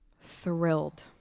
thrilled